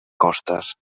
costes